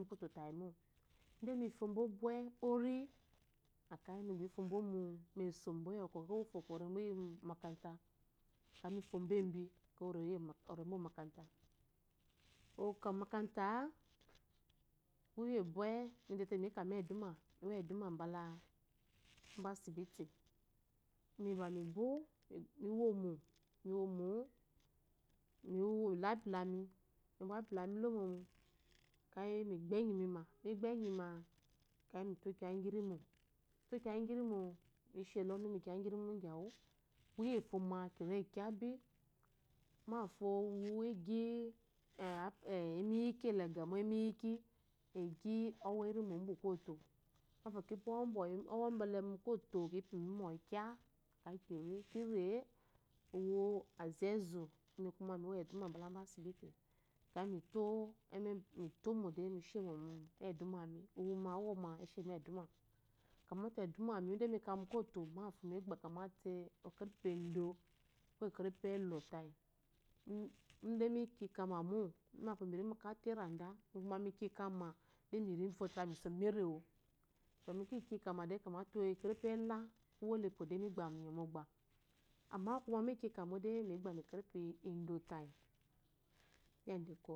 Umm inde mifúmbó bwé ori akeyi rigba mifubó meso akeyi mifómbo embi mba ɔbowó momákaratá oká momakarata á kuyé bwe imi tete mika mba edumá imi niwo edúmá mika mbá eduma imi niwo edúmá ubala umba sibiti kuye bwe miwómó mi lo apula mi akeyi nigbɔ enyi mima akyi nito kiya ngirimo mishi ɔnu ngyawu kiye ngufoma kiri kyábi mba fo yagi emiyiki lé irimo agámo agi ɔwe irimo umbukwoto ɔwe mbwole kipibbu mɔyi kya akɛyi kiri gbá kire uwu azo ezu imi ba miwo eduma iyasibiti uwuma awoma kyate edúmami akuyi kugoto bafo mi gba kyámate ekerepi endo koelɔtaigba mikikamámo kyamate ekere. pi erenda miba miki kama mate ekerepi erewode migbá kyámáte ekerepi ela akeyi mi nyɔ irrogba imi ba mikikamámódé migba maté ekerepi endo táyi